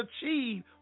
achieve